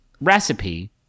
recipe